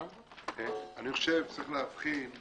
אני חושב שצריך להבחין,